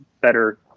better